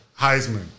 Heisman